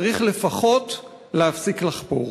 צריך לפחות להפסיק לחפור.